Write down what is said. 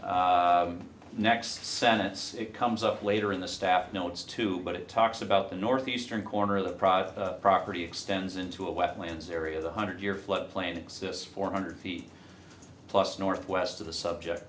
the next sentence it comes up later in the staff notes too but it talks about the northeastern corner of the province property extends into a wetlands area the hundred year flood plan exists four hundred feet plus northwest of the subject